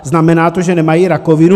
Znamená to, že nemají rakovinu?